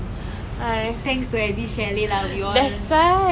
honestly I don't think it would've lasted lah like after secondary school